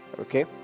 Okay